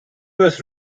was